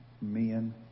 men